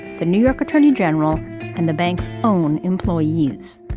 the new york attorney general and the bank's own employees